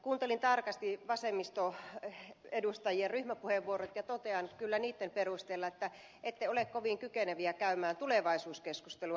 kuuntelin tarkasti vasemmistoedustajien ryhmäpuheenvuorot ja totean kyllä niitten perusteella että ette ole kovin kykeneviä käymään tulevaisuuskeskustelua